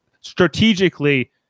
strategically